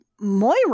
Moira